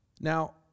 Now